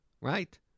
Right